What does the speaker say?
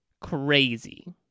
crazy